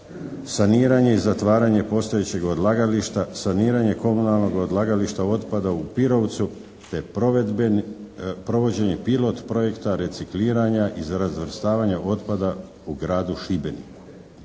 saniranje i zatvaranje postojećeg odlagališta. Saniranje komunalnog odlagališta otpada u Pirovcu. Te provedbe, provođenje pilot projekta recikliranja i razvrstavanje otpada u gradu Šibeniku.